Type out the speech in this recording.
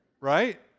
right